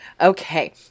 Okay